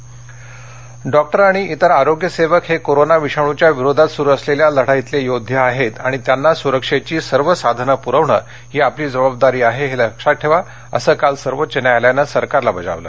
doctor doctor आणि त्रि आरोग्यसेवक हे कोरोना विषाणूच्या विरोधात सुरू सलेल्या लढाईतले योद्धे आहेत आणि त्यांना सुरक्षेघी सर्व साधनं पुरवणं ही आपली जबाबदारी आहे हे लक्षात ठेवा असं काल सर्वोच्च न्यायालयानं सरकारला बजावलं